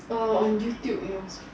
oh on Youtube it was